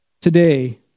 today